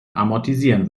amortisieren